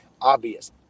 obvious